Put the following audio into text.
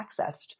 accessed